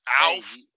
Alf